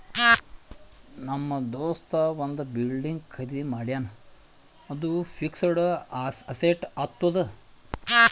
ನಮ್ ದೋಸ್ತ ಒಂದ್ ಬಿಲ್ಡಿಂಗ್ ಖರ್ದಿ ಮಾಡ್ಯಾನ್ ಅದು ಫಿಕ್ಸಡ್ ಅಸೆಟ್ ಆತ್ತುದ್